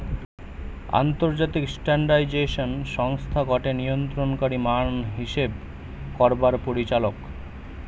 আন্তর্জাতিক স্ট্যান্ডার্ডাইজেশন সংস্থা গটে নিয়ন্ত্রণকারী মান হিসেব করবার পরিচালক